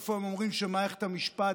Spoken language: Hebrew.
איפה הם אומרים שמערכת המשפט,